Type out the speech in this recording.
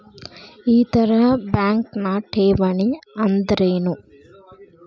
ಇತರ ಬ್ಯಾಂಕ್ನ ಠೇವಣಿ ಅನ್ದರೇನು?